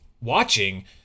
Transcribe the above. watching